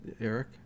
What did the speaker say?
Eric